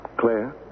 Claire